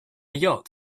yacht